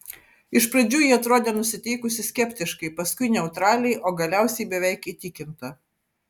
iš pradžių ji atrodė nusiteikusi skeptiškai paskui neutraliai o galiausiai beveik įtikinta